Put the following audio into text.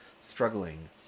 struggling